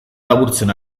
laburtzen